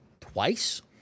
twice